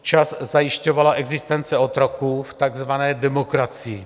Čas zajišťovala existence otroků v takzvané demokracii.